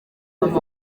mama